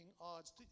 odds